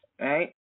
Right